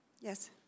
Yes